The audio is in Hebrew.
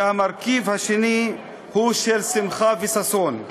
והמרכיב השני הוא של שמחה וששון.